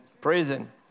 prison